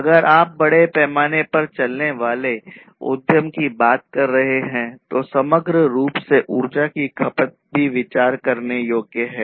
अगर आप बड़े पैमाने पर चलने वाले उद्यम की बात कर रहे हैं तो समग्र रूप से ऊर्जा की खपत भी विचार करने योग्य है